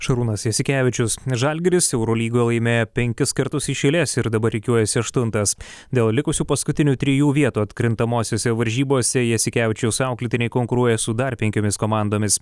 šarūnas jasikevičius žalgiris eurolygoje laimėjo penkis kartus iš eilės ir dabar rikiuojasi aštuntas dėl likusių paskutinių trijų vietų atkrintamosiose varžybose jasikevičiaus auklėtiniai konkuruoja su dar penkiomis komandomis